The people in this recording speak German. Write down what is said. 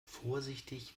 vorsichtig